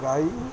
ଗାଈ